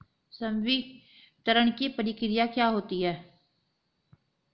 संवितरण की प्रक्रिया क्या होती है?